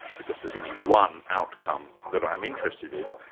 because there's only one outcome that i'm interested in.